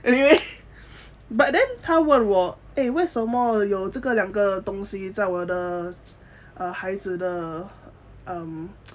but then 他问我为什么有这个两个东西在我的孩子的 um